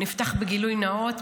אני אפתח בגילוי נאות,